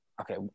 Okay